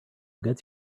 gets